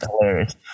Hilarious